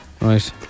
Right